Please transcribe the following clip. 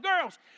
girls